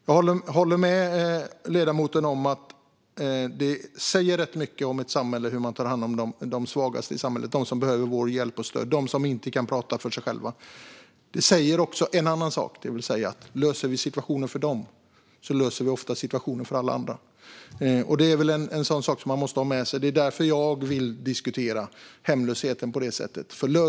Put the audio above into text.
Jag håller med ledamoten om att det säger rätt mycket om ett samhälle hur man tar hand om de svagaste, de som behöver hjälp och stöd och inte kan tala för sig själva. Löser vi situationen för dem löser vi ofta situationen för alla andra. Detta måste man ha med sig, och det är därför jag vill diskutera hemlöshet.